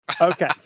Okay